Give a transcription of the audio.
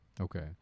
Okay